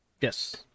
Yes